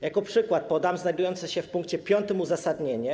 Jako przykład podam znajdujące się w pkt 5 uzasadnienie.